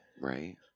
Right